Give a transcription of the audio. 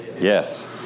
Yes